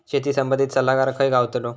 शेती संबंधित सल्लागार खय गावतलो?